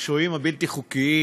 השוהים הבלתי-חוקיים,